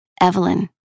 Evelyn